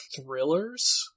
thrillers